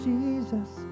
Jesus